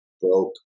broke